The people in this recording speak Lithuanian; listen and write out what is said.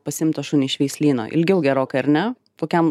pasiimtą šunį iš veislyno ilgiau gerokai ar ne kokiam